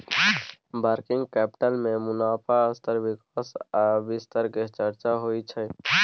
working capital में मुनाफ़ा स्तर विकास आ विस्तार के चर्चा होइ छइ